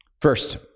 First